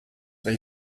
they